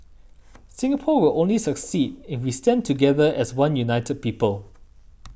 Singapore will only succeed if we stand together as one united people